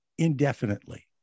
indefinitely